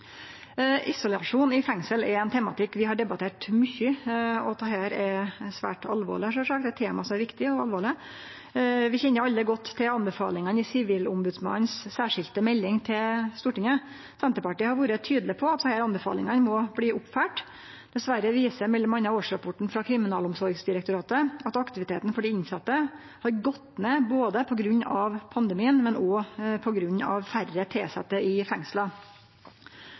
Isolasjon i fengsel er ein tematikk vi har debattert mykje, og dette er svært alvorleg – det er eit tema som er viktig og alvorleg. Vi kjenner alle godt til anbefalingane i Sivilombodsmannens særskilde melding til Stortinget. Senterpartiet har vore tydeleg på at desse anbefalingane må følgjast opp. Dessverre viser mellom anna årsrapporten frå Kriminalomsorgsdirektoratet at aktiviteten for dei innsette har gått ned både på grunn av pandemien og på grunn av færre tilsette i fengsla.